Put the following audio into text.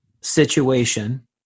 situation